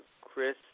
Chris